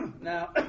now